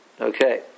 Okay